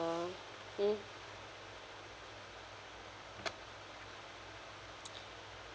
hmm